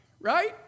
right